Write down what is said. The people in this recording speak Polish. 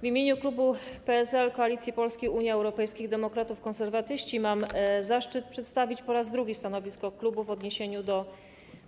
W imieniu klubu Koalicja Polska - PSL, Unia Europejskich Demokratów, Konserwatyści mam zaszczyt przedstawić po raz drugi stanowisko klubu w odniesieniu do